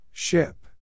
Ship